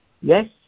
Yes